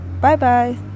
Bye-bye